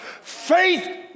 Faith